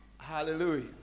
Hallelujah